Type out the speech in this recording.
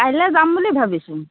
কাইলৈ যাম বুলি ভাবিছোঁ